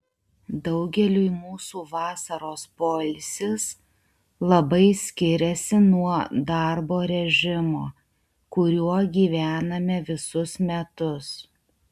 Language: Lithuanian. daugeliui mūsų vasaros poilsis labai skiriasi nuo darbo režimo kuriuo gyvename visus metus